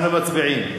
אנחנו מצביעים.